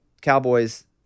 Cowboys